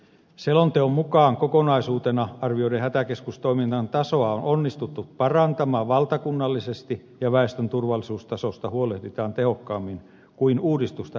selonteon mukaan kokonaisuutena arvioiden hätäkeskustoiminnan tasoa on onnistuttu parantamaan valtakunnallisesti ja väestön turvallisuustasosta huolehditaan tehokkaammin kuin uudistusta edeltävänä aikana